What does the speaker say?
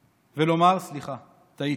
ולומר: סליחה, טעיתי.